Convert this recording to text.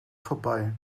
vorbei